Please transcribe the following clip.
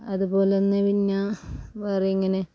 അതുപോലന്നെ പിന്നെ വേറെ ഇങ്ങന